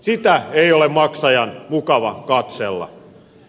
sitä ei ole maksajan mukava katsella